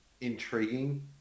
intriguing